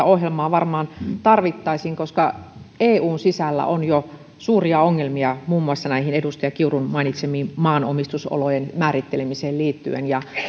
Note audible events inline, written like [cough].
[unintelligible] ohjelmaa varmaan tarvittaisiin koska eun sisällä on jo suuria ongelmia muun muassa edustaja kiurun mainitsemaan maanomistusolojen määrittelemiseen liittyen